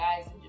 guys